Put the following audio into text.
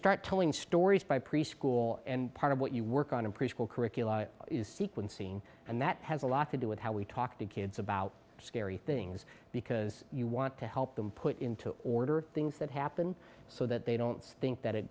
start telling stories by preschool and part of what you work on in preschool curricula is sequencing and that has a lot to do with how we talk to kids about scary things because you want to help them put into order things that happen so that they don't think that it